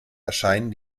erscheinen